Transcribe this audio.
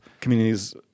communities